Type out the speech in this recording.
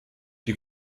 die